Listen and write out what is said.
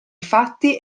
fatti